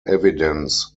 evidence